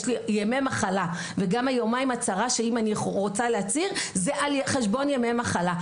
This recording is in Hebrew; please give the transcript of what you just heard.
יש לי ימי מחלה וימי ההצהרה שלי הם על חשבון ימי מחלה.